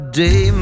day